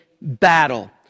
battle